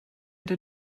der